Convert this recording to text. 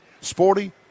sporty